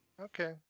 Okay